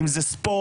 אם זה ספורט,